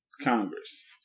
Congress